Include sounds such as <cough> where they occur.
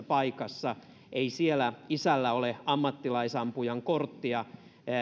<unintelligible> paikassa ei siellä isällä ole ammattilaisampujan korttia